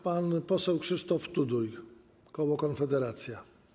Pan poseł Krzysztof Tuduj, koło Konfederacja.